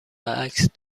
عکس